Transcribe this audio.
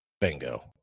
Bingo